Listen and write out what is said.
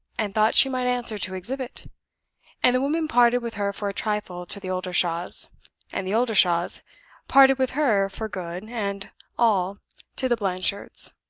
and thought she might answer to exhibit and the woman parted with her for a trifle to the oldershaws and the oldershaws parted with her for good and all to the blanchards.